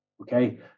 Okay